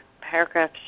Paragraph